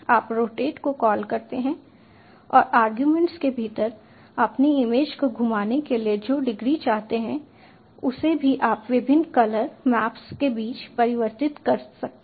आप रोटेट को कॉल करते हैं और अरगुमेंट्स के भीतर अपनी इमेज को घुमाने के लिए जो डिग्री चाहते हैं उसे भी आप विभिन्न कलर मैप्स के बीच परिवर्तित कर सकते हैं